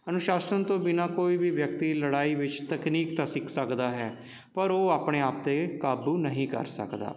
ਅਨੁਸ਼ਾਸਨ ਤੋਂ ਬਿਨਾਂ ਕੋਈ ਵੀ ਵਿਅਕਤੀ ਲੜਾਈ ਵਿੱਚ ਤਕਨੀਕ ਤਾਂ ਸਿੱਖ ਸਕਦਾ ਹੈ ਪਰ ਉਹ ਆਪਣੇ ਆਪ 'ਤੇ ਕਾਬੂ ਨਹੀਂ ਕਰ ਸਕਦਾ